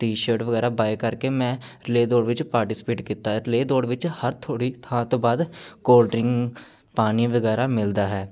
t shirt ਵਗੈਰਾ buy ਕਰਕੇ ਮੈਂ ਰਿਲੇਅ ਦੌੜ ਵਿੱਚ ਪਾਰਟੀਸਪੇਟ ਕੀਤਾ ਰਿਲੇਅ ਦੌੜ ਵਿੱਚ ਹਰ ਥੋੜ੍ਹੀ ਥਾਂ ਤੋਂ ਬਾਅਦ ਕੋਲਡ ਡਰਿੰਕ ਪਾਣੀ ਵਗੈਰਾ ਮਿਲਦਾ ਹੈ